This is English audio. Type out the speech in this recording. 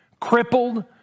Crippled